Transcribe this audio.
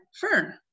Fern